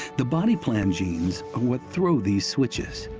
the body-plan genes are what throw these switches,